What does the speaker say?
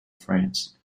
france